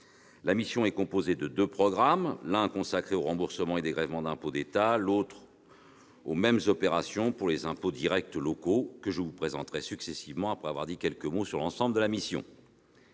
La mission est composée de deux programmes, l'un consacré aux remboursements et dégrèvements d'impôts d'État, l'autre dédié aux mêmes opérations pour les impôts directs locaux, que je vous présenterai successivement, après avoir dit quelques mots de l'ensemble de la mission.